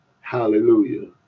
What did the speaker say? hallelujah